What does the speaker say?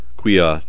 quia